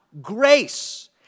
grace